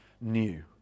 new